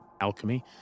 Alchemy